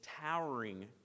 towering